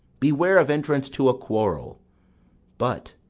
beware of entrance to a quarrel but,